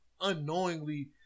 unknowingly